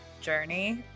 journey